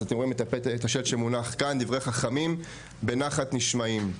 אז אתם רואים את השלט שמונח כאן "דברי חכמים בנחת נשמעים".